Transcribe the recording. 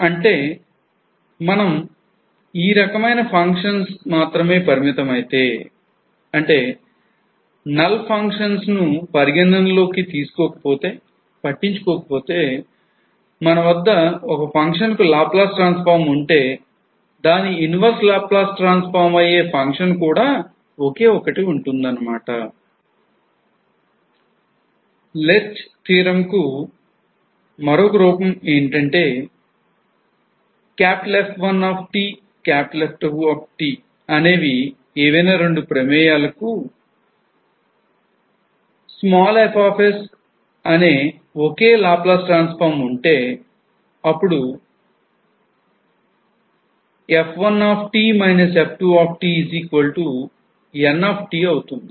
అనగా మనం ఈ రకమైన functions మాత్రమే పరిమితమైతే అంటే null functionsను పరిగణలోకి తీసుకోకపోతేపట్టించుకోకపోతే మనవద్ద ఒక function కు Laplace transform ఉంటే దాని inverse Laplace transform అయ్యే function ఒకే ఒక్కటి ఉంటుంది లెర్చ్ థీరంకు Lerch's theorem కు మరొక రూపం ఏమిటంటే F1 F2 అనేవి ఏవైనా రెండు ప్రమేయాల కు functions కి f అనే ఒకే లాప్లాస్ ట్రాన్సఫార్మ్ ఉంటే అప్పుడు F1 F2Nఅవుతుంది